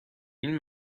این